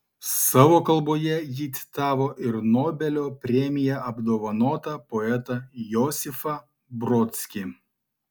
savo kalboje ji citavo ir nobelio premija apdovanotą poetą josifą brodskį